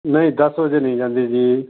ਨਹੀਂ ਦਸ ਵਜੇ ਨਹੀਂ ਜਾਂਦੀ ਜੀ